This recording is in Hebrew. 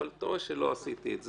אבל אתה רואה שלא עשיתי את זה.